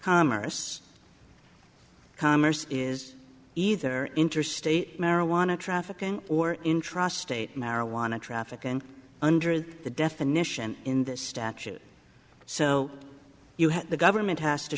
commerce commerce is either interstate marijuana trafficking or intrastate marijuana trafficking under the definition in this statute so you have the government has to